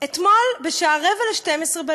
אתמול בלילה, בשעה 23:45,